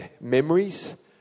memories